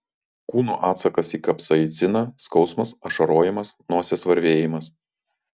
kūno atsakas į kapsaiciną skausmas ašarojimas nosies varvėjimas